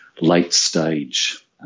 late-stage